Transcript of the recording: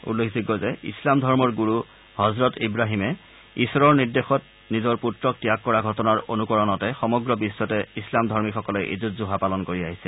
উল্লেখযোগ্য যে ইছলাম ধৰ্মৰ গুৰু হজৰত ইৱাহিমে ঈখৰৰ নিৰ্দেশত নিজৰ পুত্ৰক ত্যাগ কৰা ঘটনাৰ অনুকৰণতে সমগ্ৰ বিশ্বতে ইছলাম ধৰ্মীসকলে ঈদ উজ জোহা পালন কৰি আহিছে